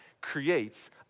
creates